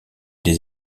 des